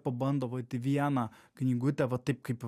pabando vat į vieną knygutę va taip kaip